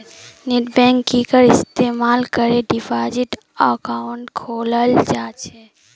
नेटबैंकिंगेर इस्तमाल करे डिपाजिट अकाउंट खोलाल जा छेक